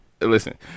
Listen